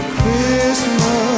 Christmas